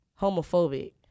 homophobic